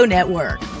Network